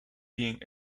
being